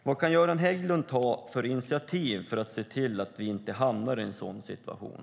Vad kan Göran Hägglund ta för initiativ för att se till att vi inte hamnar i en sådan situation?